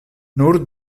nur